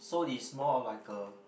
so it's more like a